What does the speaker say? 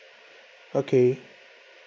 okay